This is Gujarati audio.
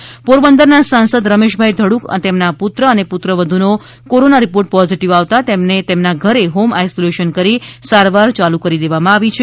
તો પોરબંદરના સાંસદ રમેશભાઇ ધડુક તેમના પુત્ર અને પુત્રવધુનો કોરોના રીપોર્ટ પોઝીટીવ આવતા તેમને તેમના ઘરે હોમ આઇસોલેશન કરી સારવાર ચાલુ કરવામાં આવી છે